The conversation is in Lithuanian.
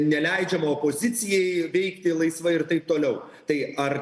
neleidžiama opozicijai veikti laisvai ir taip toliau tai ar